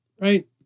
right